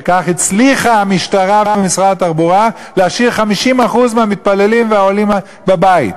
וכך הצליחו המשטרה ומשרד התחבורה להשאיר 50% מהמתפללים והעולים בבית.